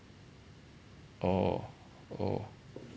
oh oh